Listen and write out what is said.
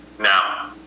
Now